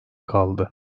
kaldı